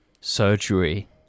surgery